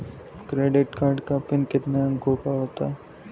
Credit card का PIN कितने अंकों का होता है?